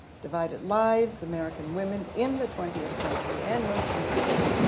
divided lives american women in the twentieth century, and most recently,